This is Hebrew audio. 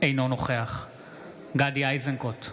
אינו נוכח גדי איזנקוט,